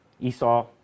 Esau